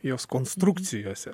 jos konstrukcijose